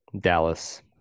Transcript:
Dallas